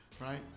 right